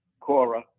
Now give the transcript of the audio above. Cora